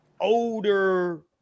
older